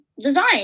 Design